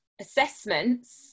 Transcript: assessments